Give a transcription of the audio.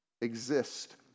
exist